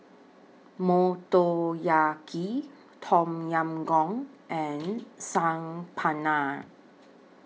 Motoyaki Tom Yam Goong and Saag Paneer